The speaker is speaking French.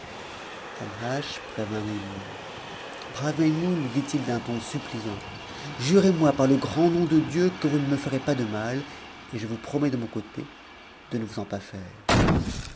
maimoune brave maimoune lui dit-il d'un suppliant jurez-moi par le grand nom de dieu que vous ne me lerox de mal et je vous promets le mon côté de ne vous en